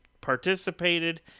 participated